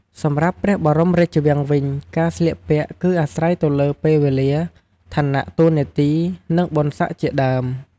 សម្រាប់ព្រះបរមរាជវាំងវិញ ការស្លៀកពាក់គឺអាស្រ័យទៅលើ ពេលវេលា ឋានៈតួនាទី និងបុណ្យស័ក្ដិជាដើម។